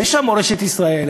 אין שם מורשת ישראל,